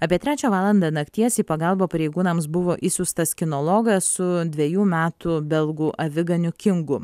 apie trečią valandą nakties į pagalbą pareigūnams buvo išsiųstas kinologas su dvejų metų belgų aviganiu kingu